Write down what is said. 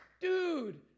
dude